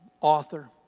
author